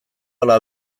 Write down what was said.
ala